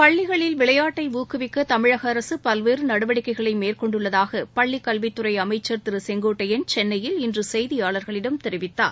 பள்ளிகளில் விளையாட்டை ஊக்குவிக்க தமிழக அரசு பல்வேறு நடவடிக்கைகளை மேற்கொண்டுள்ளதாக பள்ளிக்கல்வித் துறை அமைச்சர் திரு செங்கோட்டையள் சென்னையில் இன்று செய்தியாளர்களிடம் தெரிவித்தார்